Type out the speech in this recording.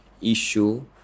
issue